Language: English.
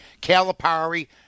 Calipari